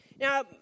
Now